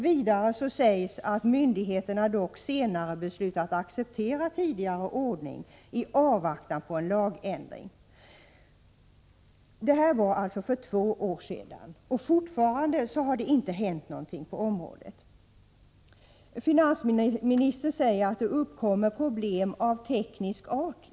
Vidare sägs att myndigheterna dock senare beslutat acceptera tidigare ordning i avvaktan på en lagändring. Detta var alltså för två år sedan, men ännu har det inte hänt någonting på området. Finansministern säger att det uppkommer problem av teknisk art.